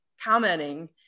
commenting